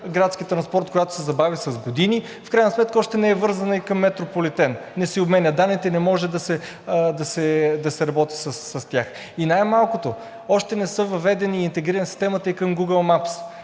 градски транспорт, която се забави с години. В крайна сметка още не е вързана и към Метрополитена, не си обменят данните, не може да се работи с тях. И най-малкото, още не са въвели и интегрирали системата и към Гугъл мапс,